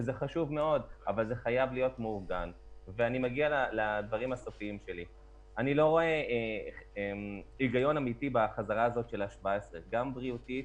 אני לא רואה היגיון אמיתי בחזרה הזאת של ה-17 ילדים - גם בריאותית,